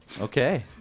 Okay